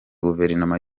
guverinoma